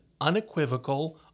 unequivocal